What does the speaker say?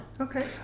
Okay